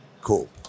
Cool